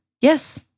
yes